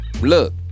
Look